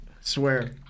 Swear